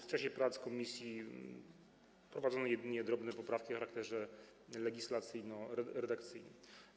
W czasie prac komisji wprowadzono jedynie drobne poprawki o charakterze legislacyjno-redakcyjnym.